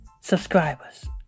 subscribers